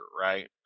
right